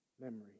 memory